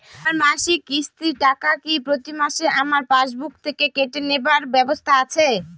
আমার মাসিক কিস্তির টাকা কি প্রতিমাসে আমার পাসবুক থেকে কেটে নেবার ব্যবস্থা আছে?